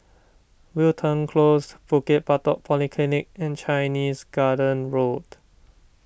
Wilton Close Bukit Batok Polyclinic and Chinese Garden Road